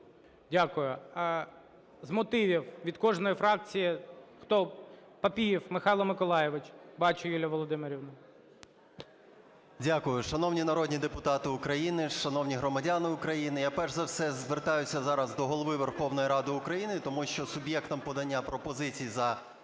Дякую. З мотивів від кожної фракції… Хто? Папієв Михайло Миколайович. Бачу, Юлія Володимирівна. 13:55:46 ПАПІЄВ М.М. Дякую. Шановні народні депутати України, шановні громадяни України, я перш за все звертаюся зараз до Голови Верховної Ради України, тому що суб'єктом подання пропозицій за